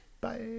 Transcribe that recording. Bye